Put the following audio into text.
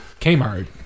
Kmart